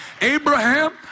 Abraham